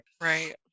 right